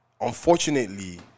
Unfortunately